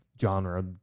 genre